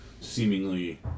seemingly